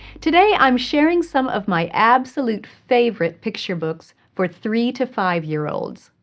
today i'm sharing some of my absolute favorite picture books for three to five year olds.